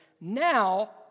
Now